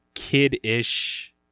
kid-ish